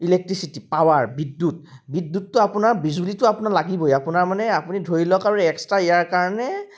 electricity power বিদ্যুৎ বিদ্যুৎটো আপোনাৰ বিজুলীটো আপোনাৰ লাগিবই আপোনাৰ মানে আপুনি ধৰি লওক আৰু এক্সট্ৰা ইয়াৰ কাৰণে